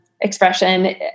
expression